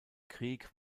krieg